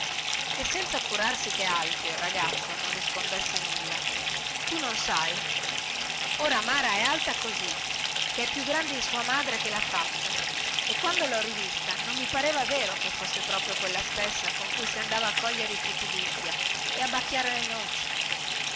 e senza curarsi che alfio il ragazzo non rispondesse nulla tu non sai ora mara è alta così che è più grande di sua madre che lha fatta e quando lho rivista non mi pareva vero che fosse proprio quella stessa con cui si andava a cogliere i fichidindia e a bacchiare le noci